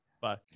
Bye